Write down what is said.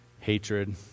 hatred